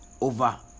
over